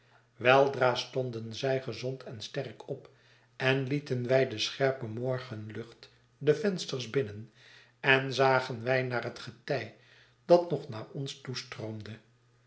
weldra stonden zij gezond en sterk op en lieten wij de scherpe morgenlucht de vensters binnen en zagen wij naar het getij dat nog naar ons